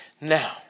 now